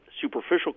superficial